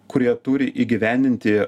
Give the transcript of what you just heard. kurie turi įgyvendinti